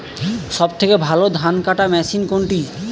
সবথেকে ভালো ধানকাটা মেশিন কোনটি?